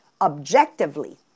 objectively